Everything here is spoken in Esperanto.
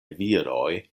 viroj